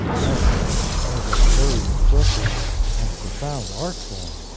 as as a very expressive and profound art form.